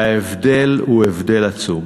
ההבדל הוא הבדל עצום.